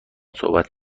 صحبت